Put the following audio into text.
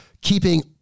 keeping